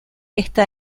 está